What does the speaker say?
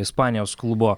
ispanijos klubo